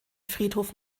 friedhof